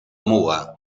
muga